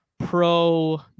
Pro